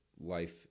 life